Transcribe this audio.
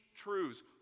truths